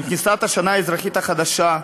עם כניסת השנה האזרחית החדשה.